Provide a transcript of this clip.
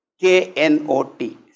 K-N-O-T